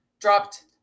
dropped